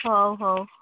ହଉ ହଉ